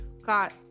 got